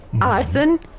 Arson